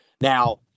Now